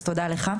תודה לך.